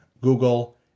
Google